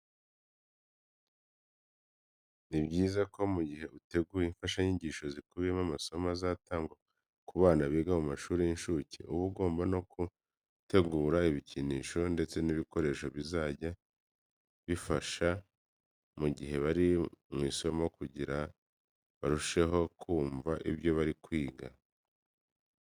Ni byiza ko mu gihe uteguye imfashanyigisho zikubiyemo amasomo azatangwa ku bana biga mu mashuri y'incuke, uba ugomba no gutegura ibikinisho ndetse n'ibikoresho bazajya bifashisha mu gihe bari mu masomo kugira barusheho kumva ibyo bari kwiga.